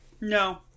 No